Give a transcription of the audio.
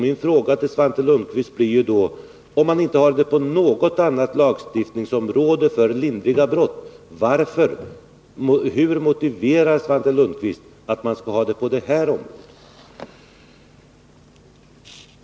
Min fråga till Svante Lundkvist blir: Om man inte på något annat lagstiftningsområde har så lång preskriptionstid för lindriga brott, hur motiverar då Svante Lundkvist att man skall ha det på det här området?